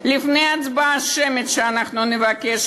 לפני ההצבעה השמית שאנחנו נבקש.